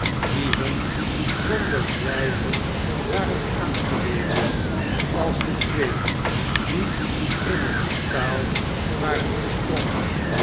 die hun zonder twijfel waren aangewezen als de twee die in het portaal waren gesprongen